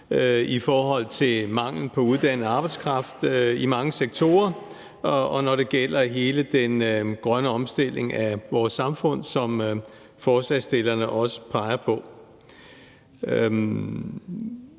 i forhold til manglen på uddannet arbejdskraft i mange sektorer, og når det gælder hele den grønne omstilling af vores samfund, som forslagsstillerne også peger på.